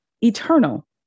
Eternal